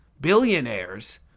billionaires